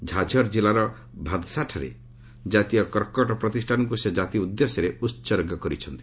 ଝାଝର୍ ଜିଲ୍ଲାର ଭାଦ୍ସାଠାରେ କାତୀୟ କର୍କଟ ପ୍ରତିଷ୍ଠାନକୁ ସେ କାତି ଉଦ୍ଦେଶ୍ୟରେ ଉତ୍ସର୍ଗ କରିଛନ୍ତି